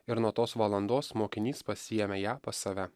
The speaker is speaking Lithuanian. ir nuo tos valandos mokinys pasiėmė ją pas save